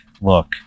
look